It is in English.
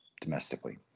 domestically